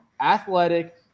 athletic –